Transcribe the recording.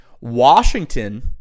Washington